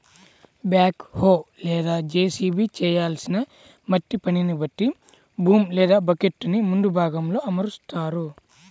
back హో లేదా JCB చేయాల్సిన మట్టి పనిని బట్టి బూమ్ లేదా బకెట్టుని ముందు భాగంలో అమరుత్తారు